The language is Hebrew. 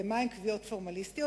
ומהן קביעות פורמליסטיות?